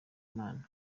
imana